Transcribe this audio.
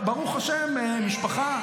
ברוך השם, משפחה.